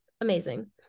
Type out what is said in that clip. amazing